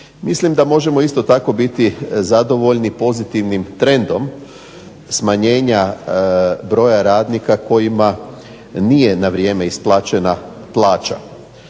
Mislim da možemo isto tako biti zadovoljni pozitivnim trendom smanjenja broja radnika kojima nije na vrijeme isplaćena plaća.